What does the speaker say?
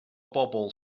bobl